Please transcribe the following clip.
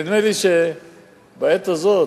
נדמה לי שבעת הזאת,